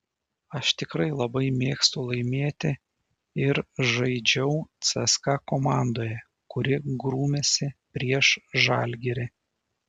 aš tikrai labai mėgstu laimėti ir žaidžiau cska komandoje kuri grūmėsi prieš žalgirį